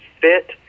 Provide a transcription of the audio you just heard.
fit